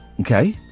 Okay